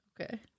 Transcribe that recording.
Okay